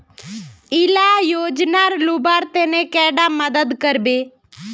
इला योजनार लुबार तने कैडा मदद करबे?